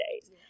days